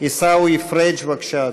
עיסאווי פריג', בבקשה,